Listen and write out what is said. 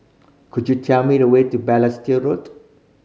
could you tell me the way to Balestier Road